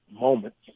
moments